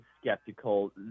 skeptical